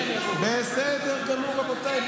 בסדר גמור, רבותיי.